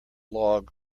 log